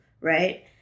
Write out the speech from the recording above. right